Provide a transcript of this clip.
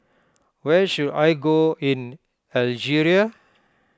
where should I go in Algeria